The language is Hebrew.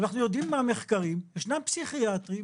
אנחנו יודעים מהמחקרים שישנם פסיכיאטרים